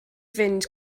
fynd